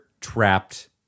trapped